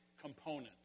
component